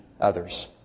others